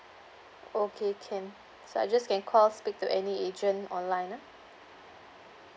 okay can so I just can call speak to any agent online ah